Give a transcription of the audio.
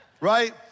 Right